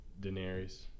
Daenerys